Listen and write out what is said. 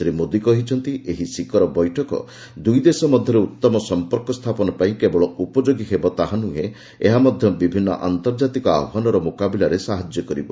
ଶ୍ରୀ ମୋଦୀ କହିଛନ୍ତି ଏହି ଶିଖର ବୈଠକ ଦୁଇ ଦେଶ ମଧ୍ୟରେ ଉଉମ ସମ୍ପର୍କ ସ୍ଥାପନ ପାଇଁ କେବଳ ଉପଯୋଗୀ ହେବ ତାହା ନୁହେଁ ଏହା ମଧ୍ୟ ବିଭିନ୍ନ ଆନ୍ତର୍ଜାତିକ ଆହ୍ପାନର ମୁକାବିଲାରେ ସାହାଯ୍ୟ କରିବ